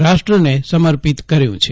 રાષ્ટ્રને સમર્પિત કર્યું છે